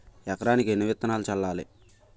ఎకరానికి ఎన్ని విత్తనాలు చల్లాలి?